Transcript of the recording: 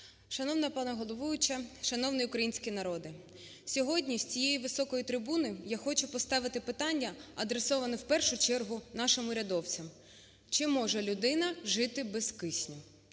Шановна пані головуюча! Шановний український народе! Сьогодні з цієї високої трибуни я хочу поставити питання, адресоване в першу чергу нашим урядовцям. Чи може людина жити без кисню?